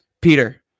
Peter